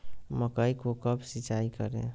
मकई को कब सिंचाई करे?